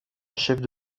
achève